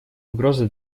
угрозы